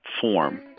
form